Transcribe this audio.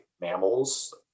mammals